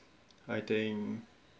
I think